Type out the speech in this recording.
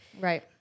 right